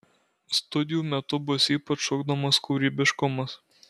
studijų metu bus ypač ugdomas kūrybiškumas